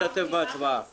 הצבעה אושר.